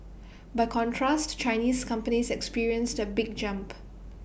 by contrast Chinese companies experienced A big jump